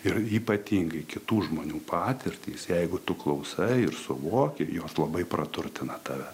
ir ypatingai kitų žmonių patirtys jeigu tu klausai ir suvoki jos labai praturtina tave